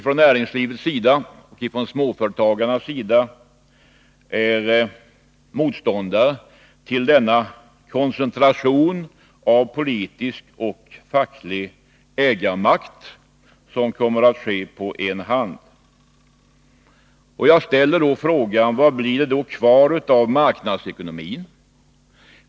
Från näringslivets och småföretagarnas sida är vi motståndare till den koncentration av politisk och facklig ägarmakt till en hand som kommer att ske. Vad blir det sedan kvar av marknadsekonomin?